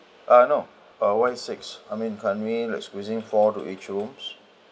uh no uh why six I mean can we like squeezing four to each rooms